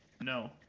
No